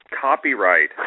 copyright